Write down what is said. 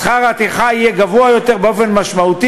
שכר הטרחה יהיה גבוה יותר באופן משמעותי